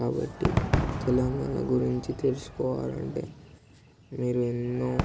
కాబట్టి తెలంగాణ గురించి తెలుసుకోవాలి అంటే మీరు ఎన్నో